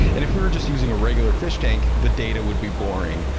and if we were just using a regular fish tank the data would be boring.